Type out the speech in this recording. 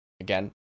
Again